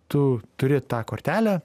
tu turi tą kortelę